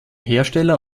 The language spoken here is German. hersteller